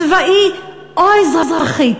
צבאי או אזרחי.